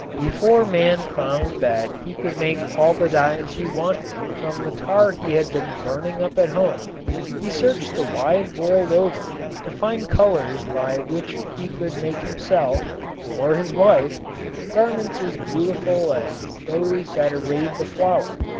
before man found that he could make all the dyes he wanted from the tar he had been burning up at home he searched the wide world over to find colors by which he could make himself or his wife garments as beautiful as those that arrayed the flower,